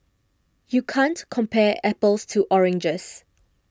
you can't compare apples to oranges